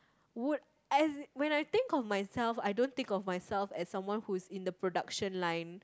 would as in when I think of myself I don't think of myself as someone who is in the production line